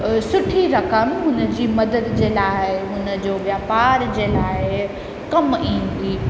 सुठी रक़म हुनजी मदद जे लाइ हुनजो वापार जे लाइ कमु ईंदी